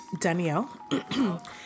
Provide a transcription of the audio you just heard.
Danielle